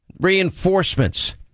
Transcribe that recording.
reinforcements